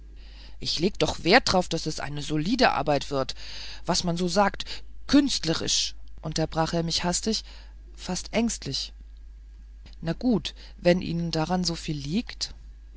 ich leg doch wert darauf daß es eine solide arbeit wird was man so sagt künstlerisch unterbrach er mich hastig fast ängstlich nun gut wenn ihnen derart viel daran liegt viel daran liegt